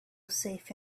safe